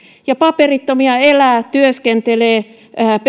ja paperittomia elää työskentelee